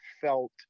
felt